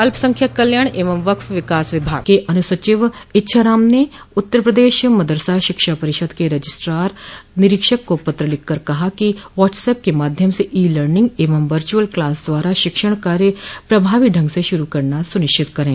अल्पसंख्यक कल्याणथ एवं वक्फ विकास विभाग के अनुसचिव इच्छाराम ने उत्तर प्रदेश मदरसा शिक्षा परिषद के रजिस्ट्रार निरीक्षक को पत्र लिखकर कहा कि व्हाटसऐप के माध्यम से ई लर्निंग एवं वर्चुअल क्लास द्वारा शिक्षण कार्य प्रभावी ढंग से शुरू करना सुनिश्चित करें